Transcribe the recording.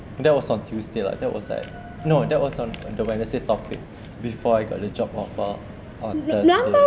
that was on tuesday lah that was like no that was on the wednesday topic before I got the job offer on thursday